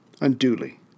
unduly